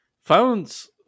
phones